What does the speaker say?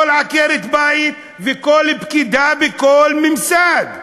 כל עקרת-בית וכל פקידה בכל ממסד.